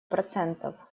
процентов